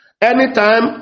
Anytime